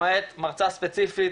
למעט מרצה ספציפית,